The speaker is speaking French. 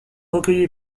recueilli